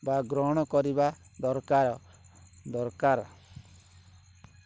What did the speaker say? ବା ଗ୍ରହଣ କରିବା ଦରକାର ଦରକାର